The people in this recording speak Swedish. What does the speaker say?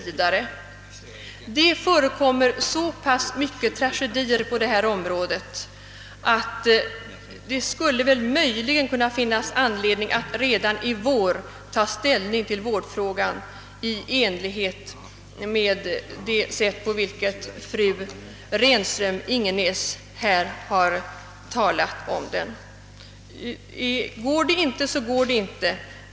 Det förekommer så många tragedier på detta område, att det väl skulle kunna finnas anledning att redan i vår ta ställning till vårdfrågan så som fru Renström Ingenäs här skisserat. Går det inte, så går det inte.